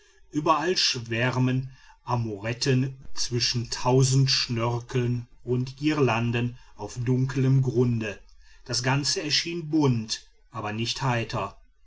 überall schwärmen amoretten zwischen tausend schnörkeln und girlanden auf dunklem grunde das ganze erschien bunt aber nicht heiter